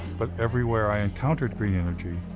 but everywhere i encountered green energy,